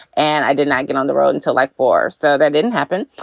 and i did not get on the road until like four. so that didn't happen.